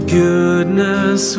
goodness